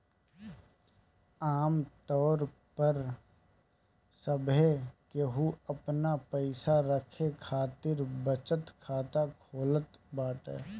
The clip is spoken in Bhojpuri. आमतौर पअ सभे केहू आपन पईसा रखे खातिर बचत खाता खोलत बाटे